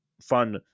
Fun